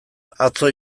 atzo